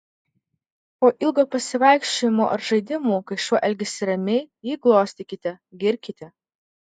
po ilgo pasivaikščiojimo ar žaidimų kai šuo elgiasi ramiai jį glostykite girkite